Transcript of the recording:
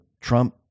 Trump